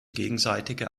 gegenseitige